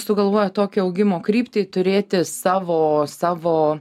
sugalvoję tokią augimo kryptį turėti savo savo